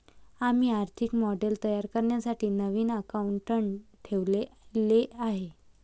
आम्ही आर्थिक मॉडेल तयार करण्यासाठी नवीन अकाउंटंट ठेवले आहे